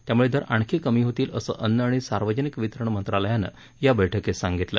त्यामुळे दर आणखी कमी होतील असं अन्न आणि सार्वजनिक वितरण मंत्रालयाने या वैठकीत सांगितलं